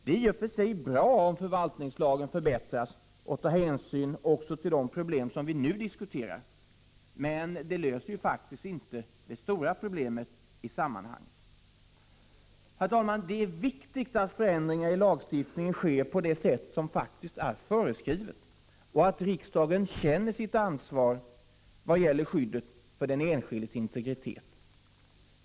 Det är i och för sig bra om förvaltningslagen förbättras och tar hänsyn också till det problem som vi nu diskuterar, men det löser faktiskt inte det stora problemet i sammanhanget. Herr talman! Det är viktigt att förändringar i lagstiftningen sker på det sätt som är föreskrivet och att riksdagen känner sitt ansvar vad gäller skyddet för den enskildes integritet.